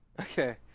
Okay